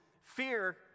fear